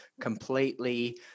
completely